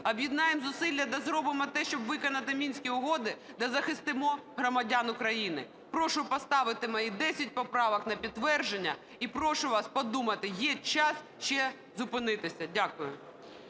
об'єднаємо зусилля та зробимо те, щоб виконати Мінські угоди, та захистимо громадян України. Прошу поставити мої 10 поправок на підтвердження. І прошу вас подумати, є час ще зупинитися. Дякую.